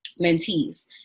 mentees